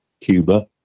Cuba